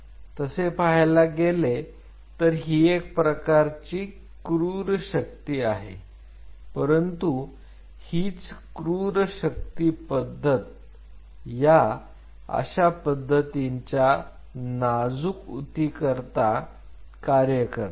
तसे पाहायला गेले तर ही एका प्रकारची क्रूर शक्ती आहे परंतु हीच क्रूर शक्ती पद्धत या अशा पद्धतींच्या नाजूक ऊती करता कार्य करते